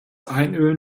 einölen